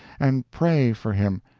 and pray for him,